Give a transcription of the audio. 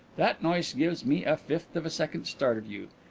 that noise gives me a fifth of a second start of you.